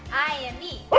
i am me.